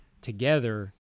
together